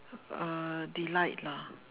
uh delight lah